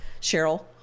Cheryl